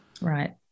right